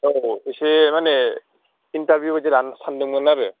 औ एसे माने इनथारभिउ बादि लानो सान्दोंमोन आरो